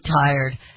tired